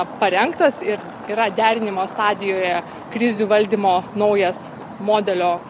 parengtas ir yra derinimo stadijoje krizių valdymo naujas modelio